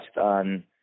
on